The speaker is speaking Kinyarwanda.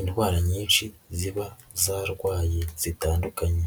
indwara nyinshi ziba zarwaye zitandukanye.